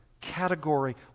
category